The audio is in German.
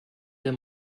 der